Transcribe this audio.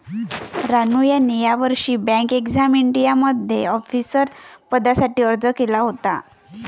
रानू यांनी यावर्षी bank exam इंडियामध्ये ऑफिसर पदासाठी अर्ज केला होता